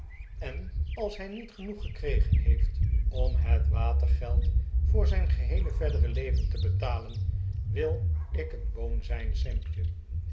en als hij niet genoeg gekregen heeft pm het watergeld voor zijn geheele verdere leven te betalen wil ik een boon zijn sampje